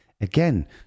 Again